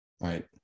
right